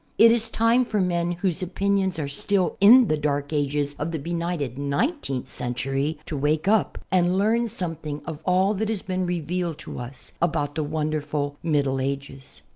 it is time for men whose opinions are still in the dark ages of the benighted nineteenth century to wake up and learn something of all that has been revealed to us about the wonderful middle ages.